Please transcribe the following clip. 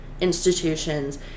institutions